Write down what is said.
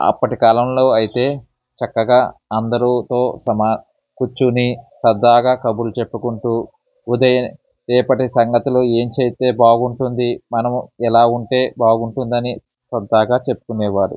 అప్పటికాలంలో అయితే చక్కగా అందరితో సమ కూర్చొని సరదాగా కబుర్లు చెప్పుకుంటూ ఉదయం రేపటి సంగతులు ఏం చేస్తే బాగుంటుంది మనం ఎలా ఉంటే బాగుంటుంది అని ప్రొద్దాక చెప్పుకునేవారు